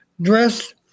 dress